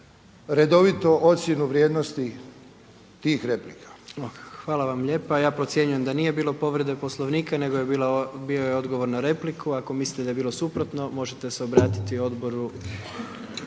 redovito ocjenu vrijednosti tih replika. **Jandroković, Gordan (HDZ)** Hvala vam lijepa. Ja procjenjujem da nije bilo povrede Poslovnika, nego bio je odgovor na repliku. Ako mislite da je bilo suprotno možete se obratiti odboru.